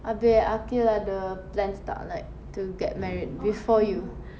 abeh aqil ada plans tak like to get married before you